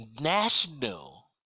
National